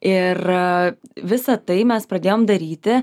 ir visa tai mes pradėjom daryti